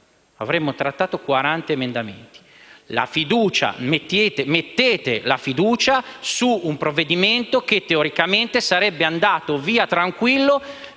da trattare: 40 emendamenti. Mettete la fiducia su un provvedimento che teoricamente sarebbe andato via tranquillo,